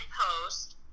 post